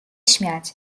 śmiać